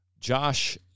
Josh